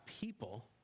people